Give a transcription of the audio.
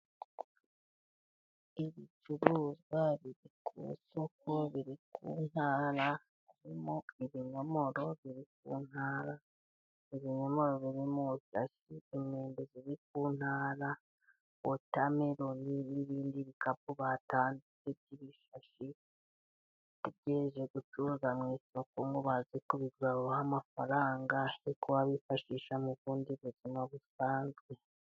Ibicuruzwa biri ku isoko, biri ku ntara, harimo ibinyomoro biri ku ntara, ibinyomoro biri mu ishashi. Imyembe iri ku ntara wotameroni n'ibindi bikapu batanditse by'ibishashi. Bitegereje gucuruzwa mu isoko ngo bazi ko noo babaha amafaranga ari kuba bifashisha mu bundi buzima budasanzwe.